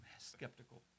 skeptical